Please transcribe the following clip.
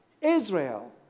Israel